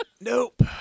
Nope